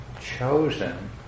chosen